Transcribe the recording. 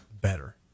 better